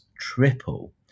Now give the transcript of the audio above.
triple